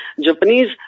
Japanese